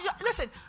Listen